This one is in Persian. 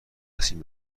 رسمی